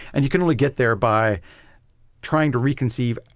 and you can only get there by trying to reconceive,